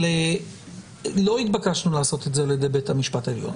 אבל לא התבקשנו לעשות את זה על ידי בית המשפט העליון.